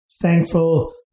thankful